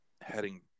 heading